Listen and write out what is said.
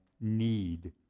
need